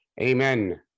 amen